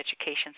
Education